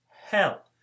hell